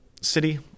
city